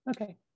Okay